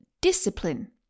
discipline